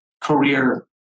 career